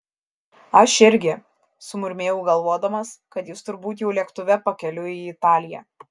aš irgi sumurmėjau galvodamas kad jis turbūt jau lėktuve pakeliui į italiją